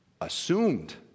assumed